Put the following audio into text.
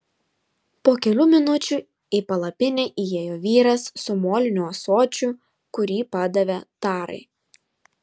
po kelių minučių į palapinę įėjo vyras su moliniu ąsočiu kurį padavė tarai